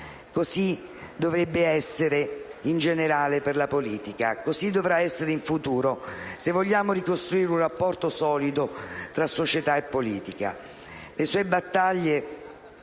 Così dovrebbe essere in generale per la politica. Così dovrà essere in futuro, se vogliamo ricostruire un rapporto solido tra la società e la politica.